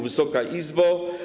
Wysoka Izbo!